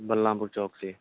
بلرام پور چوک سے